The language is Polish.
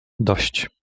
dość